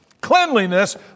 cleanliness